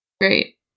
great